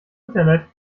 internet